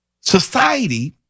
society